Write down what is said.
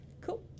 Cool